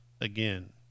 again